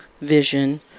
vision